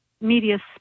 media